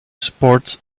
supports